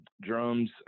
drums